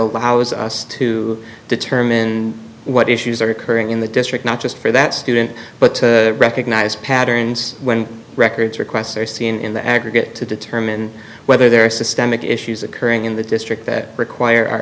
allows us to determine what issues are occurring in the district not just for that student but to recognize patterns when records requests are seen in the aggregate to determine whether there are systemic issues occurring in the district that require our